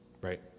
right